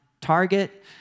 target